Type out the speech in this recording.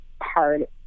hard